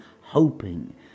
hoping